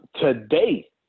Today